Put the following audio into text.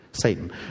satan